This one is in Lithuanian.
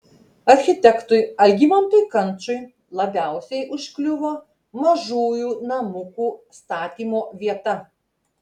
architektui algimantui kančui labiausiai užkliuvo mažųjų namukų statymo vieta